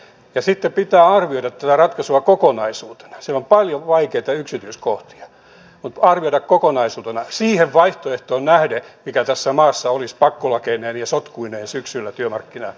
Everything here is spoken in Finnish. sitten pitää arvioida tätä ratkaisua kokonaisuutena siellä on paljon vaikeita yksityiskohtia mutta arvioida kokonaisuutena siihen vaihtoehtoon nähden mikä tässä maassa olisi pakkolakeineen ja sotkuineen syksyllä työmarkkinakentässä